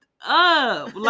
up